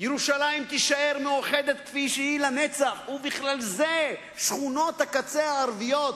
שירושלים תישאר מאוחדת כפי שהיא לנצח ובכלל זה שכונות הקצה הערביות,